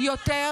אל תדאגי,